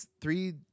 three